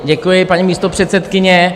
Děkuji, paní místopředsedkyně.